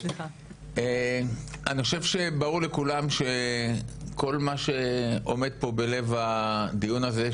אני חושב שברור לכולם שכל מה שעומד פה בלב הדיון הזה,